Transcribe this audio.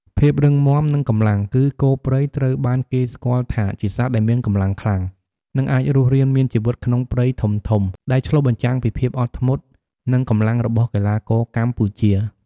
ភាពរឹងមាំ និងកម្លាំង គឺគោព្រៃត្រូវបានគេស្គាល់ថាជាសត្វដែលមានកម្លាំងខ្លាំង និងអាចរស់រានមានជីវិតក្នុងព្រៃធំៗ ដែលឆ្លុះបញ្ចាំងពីភាពអត់ធ្មត់ និងកម្លាំងរបស់កីឡាករកម្ពុជា។